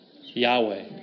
Yahweh